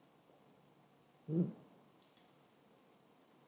mm